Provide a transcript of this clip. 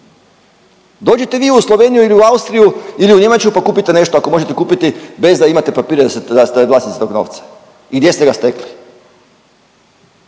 Dođite vi u Sloveniju ili u Austriju ili u Njemačku pa kupite nešto ako možete kupiti bez da imate papire da ste vlasnici tog novca i gdje ste ga stekli.